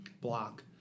block